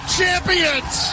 champions